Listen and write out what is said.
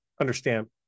understand